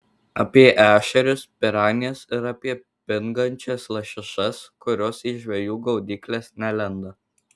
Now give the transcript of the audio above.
apie ešerius piranijas ir apie pingančias lašišas kurios į žvejų gaudykles nelenda